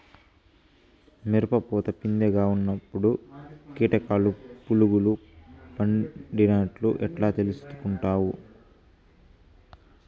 మిరప పూత పిందె గా ఉన్నప్పుడు కీటకాలు పులుగులు పడినట్లు ఎట్లా తెలుసుకుంటావు?